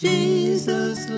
Jesus